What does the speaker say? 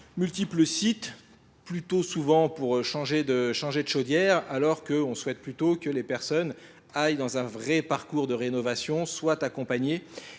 multiples sites, plutôt souvent pour changer de chaudière, alors qu'on souhaite plutôt que les personnes aillent dans un vrai parcours de rénovation, soient accompagnées.